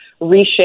reshape